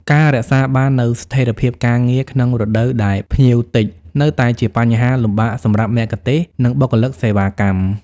ការរក្សាបាននូវស្ថិរភាពការងារក្នុងរដូវដែលភ្ញៀវតិច នៅតែជាបញ្ហាលំបាកសម្រាប់មគ្គុទ្ទេសក៍ និងបុគ្គលិកសេវាកម្ម។